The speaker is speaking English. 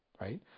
Right